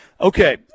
Okay